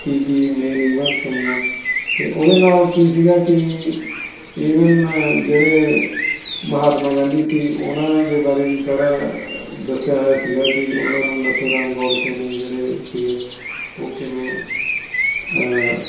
ਕੀ ਕੀ main events ਹੋਈਆਂ ਅਤੇ ਉਹਦੇ ਨਾਲ ਕੀ ਸੀਗਾ ਕਿ ਈਵਨ ਜਿਹੜੇ ਮਹਾਤਮਾ ਗਾਂਧੀ ਸੀ ਉਹਨਾਂ ਦੇ ਬਾਰੇ ਵੀ ਸਾਰਾ ਦੱਸਿਆ ਹੋਇਆ ਸੀਗਾ ਕਿ ਉਹਨਾਂ ਨੂੰ ਨੱਥੂ ਰਾਮ ਗੋਡਸੇ ਨੇ ਜਿਹੜੇ ਸੀਗੇ ਉਹ ਕਿਵੇਂ